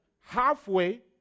halfway